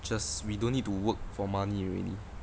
just we don't need to work for money already